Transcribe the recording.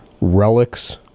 relics